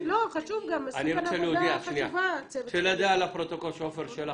אני רוצה להודיע לפרוטוקול שעפר שלח,